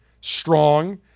strong